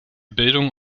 bildung